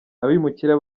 abimukira